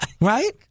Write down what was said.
Right